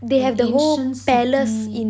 the ancient city